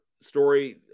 story